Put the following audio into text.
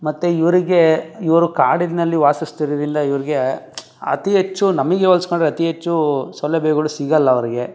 ಮತ್ತು ಇವರಿಗೆ ಇವರು ಕಾಡಿನಲ್ಲಿ ವಾಸಿಸ್ತಿರೋದ್ರಿಂದ ಇವ್ರಿಗೆ ಅತೀ ಹೆಚ್ಚು ನಮಗೆ ಹೋಲ್ಸ್ಕೊಂಡ್ರೆ ಅತಿ ಹೆಚ್ಚು ಸೌಲಭ್ಯಗಳು ಸಿಗೋಲ್ಲ ಅವ್ರಿಗೆ